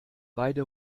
beide